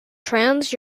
trans